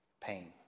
pain